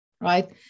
right